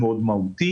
מהותי מאוד.